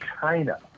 China